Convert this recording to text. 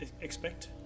expect